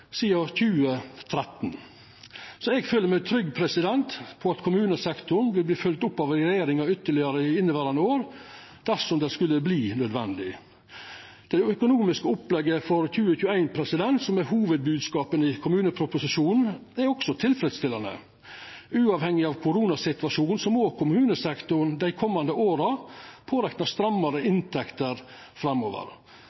sidan 2013. Eg føler meg trygg på at kommunesektoren vil verta følgt opp av regjeringa ytterlegare i inneverande år dersom det skulle verta nødvendig. Det økonomiske opplegget for 2021, som er hovudbodskapen i kommuneproposisjonen, er også tilfredsstillande. Uavhengig av koronasituasjonen må kommunesektoren dei komande åra pårekna strammare